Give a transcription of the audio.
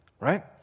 right